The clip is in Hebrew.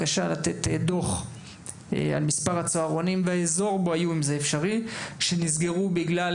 לתת דוח על מספר הצהרונים שנסגרו בגלל